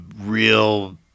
Real